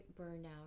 burnout